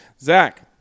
Zach